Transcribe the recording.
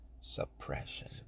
Suppression